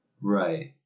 Right